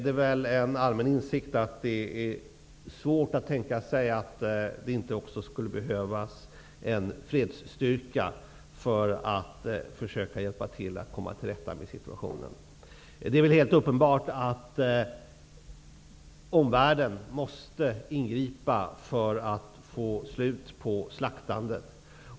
Den allmänna insikten är väl, att det är svårt att tänka sig att det inte också skulle behövas en fredsstyrka för att hjälpa till när det gäller att komma till rätta med situationen. Det är väl helt uppenbart att omvärlden måste ingripa för att få slut på slaktandet.